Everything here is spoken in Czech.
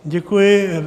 Děkuji.